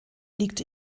liegt